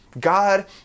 God